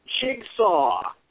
Jigsaw